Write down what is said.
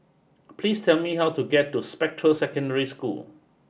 please tell me how to get to Spectra Secondary School